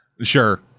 sure